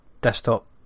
desktop